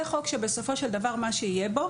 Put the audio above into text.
זה חוק שבסופו של דבר מה שיהיה בו,